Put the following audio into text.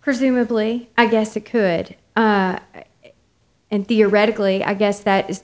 presumably i guess it could and theoretically i guess that i